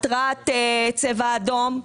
התרעת צבע אדום.